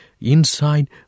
Inside